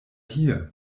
hier